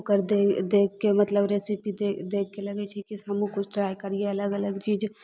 ओकर देख देखके मतलब रेसिपी देखके लगय छै की हमहुँ किछु ट्राइ करियै अलग अलग चीज